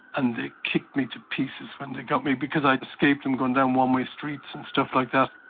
and they kicked me to pieces when they got me because i had escaped and gone down one-way streets and stuff like that.